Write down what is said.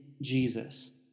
Jesus